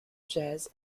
jazz